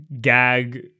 gag